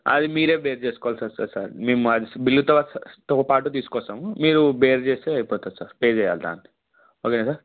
అది మీరు బేర్ చేసుకోవాల్సి వస్తుంది సార్ మేము మా బిల్లుతో తో పాటు తీసుకొస్తాము మీరు బేర్ చేస్తే అయిపోతుంది సార్ పే చేయాలి దానికి ఓకే సార్